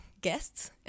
guests